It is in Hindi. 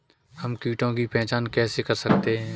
हम कीटों की पहचान कैसे कर सकते हैं?